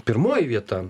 pirmoji vieta